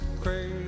crazy